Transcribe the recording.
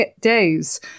days